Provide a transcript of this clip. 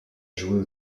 jouer